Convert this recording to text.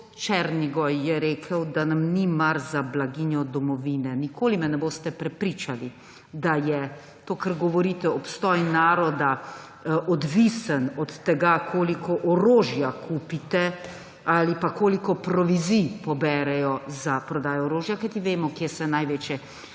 Černigoj je rekel, da nam ni mar za blaginjo domovine. Nikoli me ne boste prepričali, da je to, kar govorite, obstoj naroda odvisen od tega, koliko orožja kupite ali pa koliko provizij poberejo za prodajo orožja; kajti vemo, kje se največje